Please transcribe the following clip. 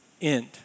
end